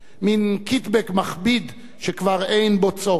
מין "קיטבג" מכביד שכבר אין בו צורך.